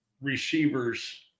receivers –